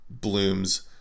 blooms